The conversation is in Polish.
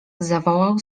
zawołał